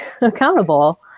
accountable